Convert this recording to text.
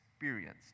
experienced